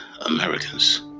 Americans